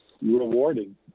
Rewarding